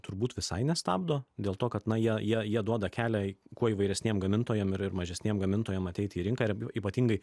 turbūt visai nestabdo dėl to kad na jie jie duoda kelią kuo įvairesniem gamintojam ir mažesniem gamintojam ateiti į rinką ir ypatingai